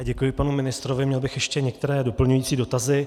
Děkuji panu ministrovi, měl bych ještě některé doplňující dotazy.